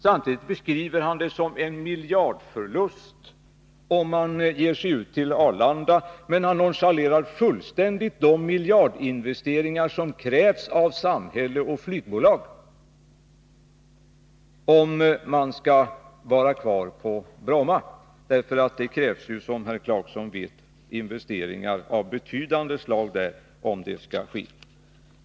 Samtidigt som han beskriver hur det blir en miljardförlust om man ger sig ut till Arlanda nonchalerar han fullständigt de miljardinvesteringar som krävs av samhälle och flygbolag om man skall vara kvar på Bromma. Det krävs ju, som herr Clarkson vet, investeringar av betydande slag där, om det skall ske.